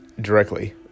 directly